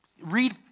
read